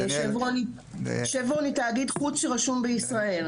שברון היא תאגיד חוץ שרשום ישראל,